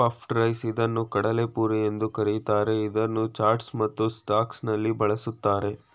puffed rice ಇದನ್ನು ಕಡಲೆಪುರಿ ಎಂದು ಕರಿತಾರೆ, ಇದನ್ನು ಚಾಟ್ಸ್ ಮತ್ತು ಸ್ನಾಕ್ಸಗಳಲ್ಲಿ ಬಳ್ಸತ್ತರೆ